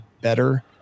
better